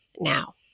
now